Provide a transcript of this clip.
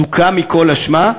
זוכה מכל אשמה,